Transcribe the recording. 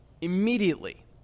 Immediately